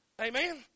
Amen